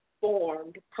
formed